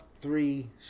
three